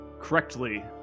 correctly